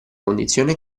condizione